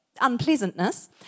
unpleasantness